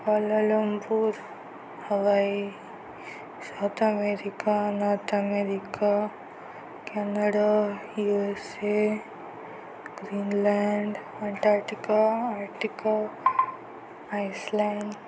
Kuala Lumpur hawaii south America north America Canada USA Greenland Antarctica arctic Iceland